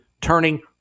turning